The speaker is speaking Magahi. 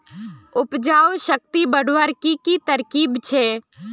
उपजाऊ शक्ति बढ़वार की की तरकीब छे?